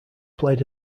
played